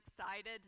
excited